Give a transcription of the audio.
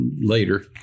later